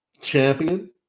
champion